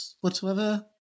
Whatsoever